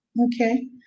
Okay